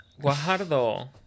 Guajardo